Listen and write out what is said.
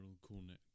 Cornet